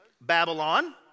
Babylon